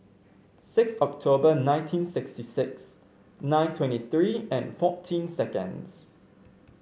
six October nineteen sixty six nine twenty three and forty seconds